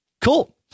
Cool